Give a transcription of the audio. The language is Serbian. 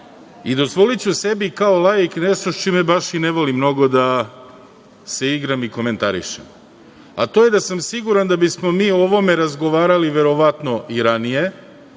i dozvoliću sebi kao laik nešto sa čime baš i ne volim da se igram i komentarišem, a to je da sam siguran da bismo mi o ovome razgovarali verovatno i ranije,